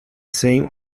same